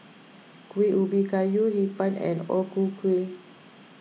Kueh Ubi Kayu Hee Pan and O Ku Kueh